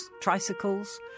tricycles